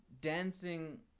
dancing